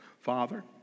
Father